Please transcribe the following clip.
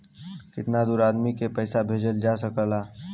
कितना दूर आदमी के पैसा भेजल जा सकला?